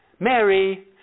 Mary